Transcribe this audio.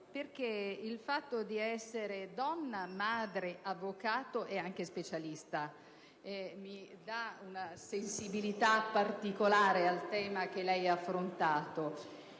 perché il fatto di essere donna, madre, avvocato e anche specialista mi dà una sensibilità particolare al tema che egli ha affrontato.